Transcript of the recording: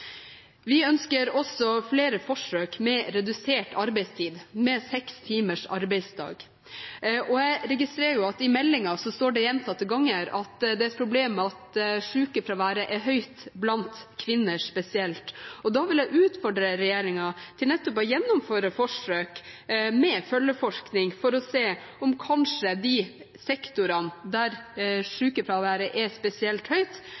Vi ønsker også flere forsøk med redusert arbeidstid – med seks timers arbeidsdag. Jeg registrerer at i meldingen står det gjentatte ganger at det er et problem at sykefraværet er høyt, og blant kvinner spesielt. Jeg vil utfordre regjeringen til å gjennomføre forsøk med følgeforskning for å se om sykefraværet i de sektorene der det er spesielt høyt,